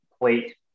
plate